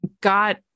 got